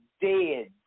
dead